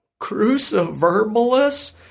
Cruciverbalist